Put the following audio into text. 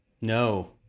No